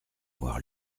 avoir